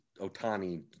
Otani